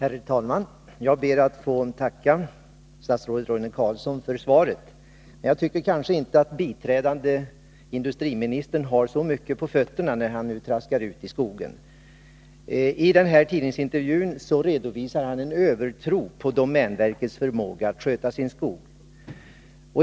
Herr talman! Jag ber att få tacka statsrådet Roine Carlsson för svaret. Jag tycker inte att biträdande industriministern har så mycket på fötterna när han nu traskar ut i skogen. I den här tidningsintervjun redovisar han en övertro på domänverkets förmåga att sköta sin skog.